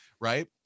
right